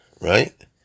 Right